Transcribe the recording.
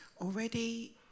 Already